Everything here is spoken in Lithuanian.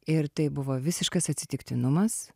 ir tai buvo visiškas atsitiktinumas